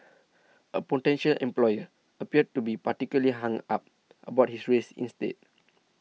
a potential employer appeared to be particularly hung up about his race instead